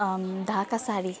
Dhaka sari